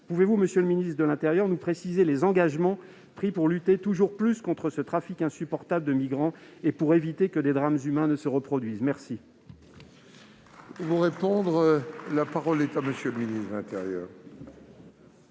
pouvez-vous nous préciser, monsieur le ministre, les engagements pris pour lutter toujours plus contre ce trafic insupportable de migrants et pour éviter que des drames humains ne se reproduisent ? La